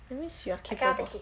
that means you are kick out the kid